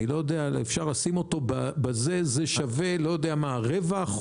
זה שווה 1/4%,